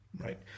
right